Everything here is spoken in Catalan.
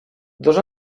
dos